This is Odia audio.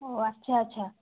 ଓ ଆଚ୍ଛା ଆଚ୍ଛା